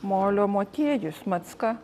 molio motiejus macka